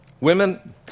Women